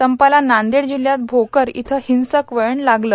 संपाला नांदेड जिल्हयात भोकर इथं हिंसक वळण लागलं